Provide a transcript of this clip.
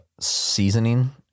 seasoning